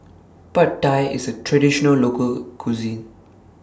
Pad Thai IS A Traditional Local Cuisine